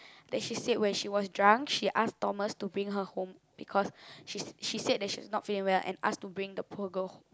then she said when she was drunk she asked Thomas to bring her home because she she said that she is not feeling well and asked to bring the poor girl